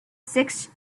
six